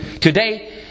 today